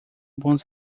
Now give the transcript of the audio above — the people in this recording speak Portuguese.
bons